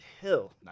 Hill